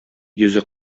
йөзе